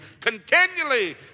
continually